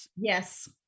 Yes